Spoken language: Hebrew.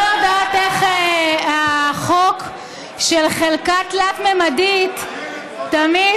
אני לא יודעת איך החוק של חלקה תלת-ממדית תמיד